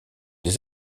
des